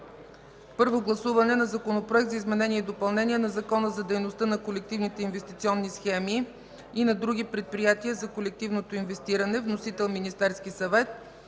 Първо гласуване на Законопроект за изменение и допълнение на Закона за дейността на колективните инвестиционни схеми и на други предприятия за колективно инвестиране. Вносител: Министерският съвет.